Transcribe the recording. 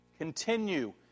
Continue